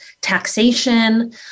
taxation